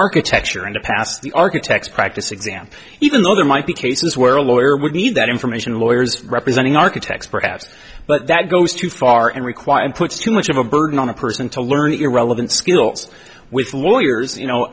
architecture and to pass the architect's practice exam even though there might be cases where a lawyer would need that information lawyers representing architects perhaps but that goes too far and require and puts too much of a burden on a person to learn irrelevant skills with lawyers you know